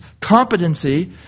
competency